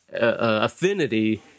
affinity